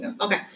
Okay